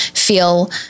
feel